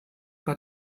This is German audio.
bei